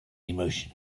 emotion